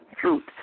truth